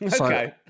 Okay